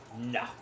no